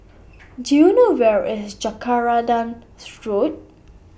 Do YOU know Where IS Jacaranda Road